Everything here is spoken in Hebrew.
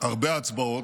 הרבה הצבעות,